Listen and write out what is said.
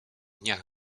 dniach